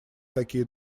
такие